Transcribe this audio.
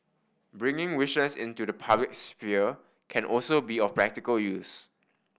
bringing wishes into the public sphere can also be of practical use